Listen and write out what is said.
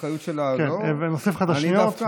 ונוסיף לך את השניות,